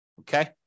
Okay